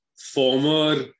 former